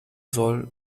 soll